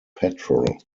patrol